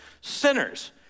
sinners